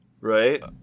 right